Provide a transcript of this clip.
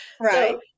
Right